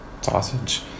sausage